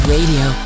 Radio